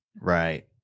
Right